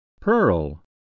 Pearl